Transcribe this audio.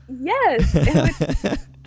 Yes